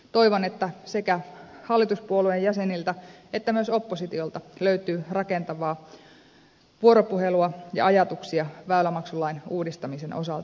toivon että sekä hallituspuolueiden jäseniltä että myös oppositiolta löytyy rakentavaa vuoropuhelua ja ajatuksia väylämaksulain uudistamisen osalta